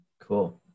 Cool